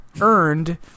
earned